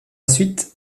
suite